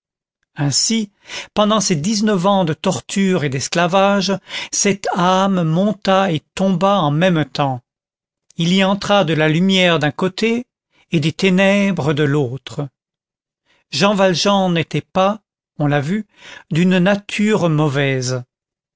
ainsi pendant ces dix-neuf ans de torture et d'esclavage cette âme monta et tomba en même temps il y entra de la lumière d'un côté et des ténèbres de l'autre jean valjean n'était pas on l'a vu d'une nature mauvaise